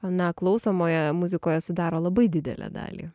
na klausomoje muzikoje sudaro labai didelę dalį